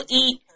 eat